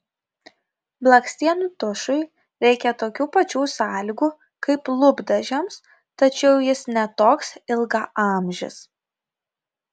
blakstienų tušui reikia tokių pačių sąlygų kaip lūpdažiams tačiau jis ne toks ilgaamžis